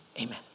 Amen